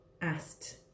asked